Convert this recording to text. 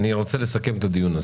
אני רוצה לסכם את הדיון.